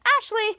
Ashley